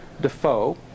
Defoe